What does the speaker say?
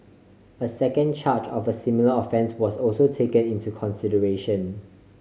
a second charge of a similar offence was also taken into consideration